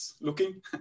looking